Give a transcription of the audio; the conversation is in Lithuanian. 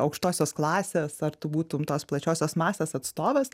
aukštosios klasės ar tu būtum tos plačiosios masės atstovas